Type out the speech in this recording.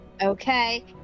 Okay